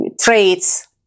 traits